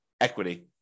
equity